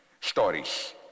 stories